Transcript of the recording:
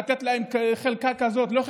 לתת להם חלק כזה או אחר,